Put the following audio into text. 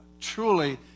truly